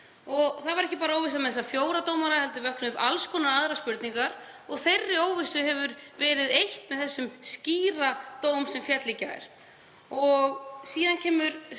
Það var ekki bara óvissa um þessa fjóra dómara heldur vöknuðu alls konar aðrar spurningar, en þeirri óvissu hefur verið eytt með þessum skýra dómi sem féll í gær. Síðan kemur